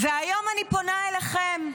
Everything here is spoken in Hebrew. והיום אני פונה אליכם: